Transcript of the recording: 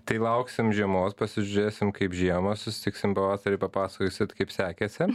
tai lauksim žiemos pasižiūrėsim kaip žiemą susitiksim pavasarį papasakosit kaip sekėsi